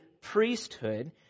priesthood